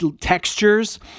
textures